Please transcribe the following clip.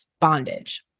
bondage